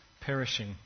perishing